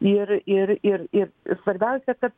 ir ir ir ir svarbiausia kad